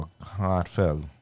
heartfelt